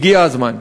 הגיע הזמן.